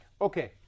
Okay